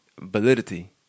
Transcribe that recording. validity